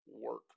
work